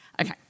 Okay